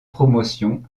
promotion